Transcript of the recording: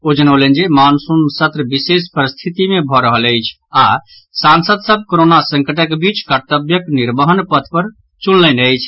ओ जनौलनि जे मॉनसून सत्र विशेष परिस्थिति मे भऽ रहल अछि आओर सांसद सभ कोरोना संकटक बीच कर्तव्यक निर्वहन पथ चुनलनि अछि